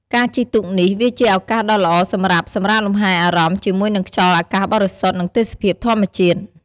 ការជិះទូកនេះ វាជាឱកាសដ៏ល្អសម្រាប់សម្រាកលំហែអារម្មណ៍ជាមួយនឹងខ្យល់អាកាសបរិសុទ្ធនិងទេសភាពធម្មជាតិ។